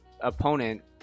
opponent